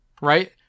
Right